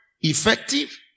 effective